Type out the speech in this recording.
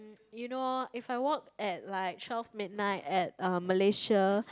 you know if I walk at like twelve midnight at uh Malaysia